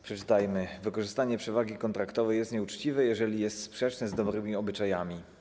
Przytoczę fragment: Wykorzystywanie przewagi kontraktowej jest nieuczciwe, jeżeli jest sprzeczne z dobrymi obyczajami.